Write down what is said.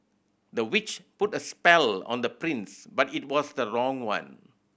the witch put a spell on the prince but it was the wrong one